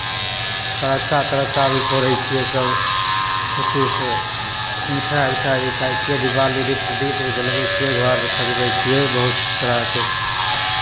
फरक्का तरक्का भी फोड़ै छियै सभ खुशीसँ मिठाइ उठाइ भी खाइ छियै दीपावली दिन दीप जड़बै छियै घर सजबै छियै बहुत तरहके